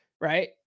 right